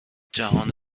جهان